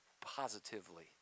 positively